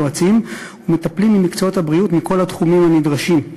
יועצים ומטפלים ממקצועות הבריאות מכל התחומים הנדרשים.